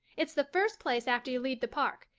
it's the first place after you leave the park,